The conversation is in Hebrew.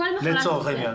לצורך העניין.